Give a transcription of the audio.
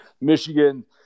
Michigan